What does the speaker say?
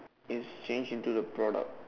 is changed into the product